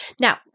Now